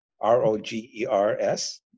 R-O-G-E-R-S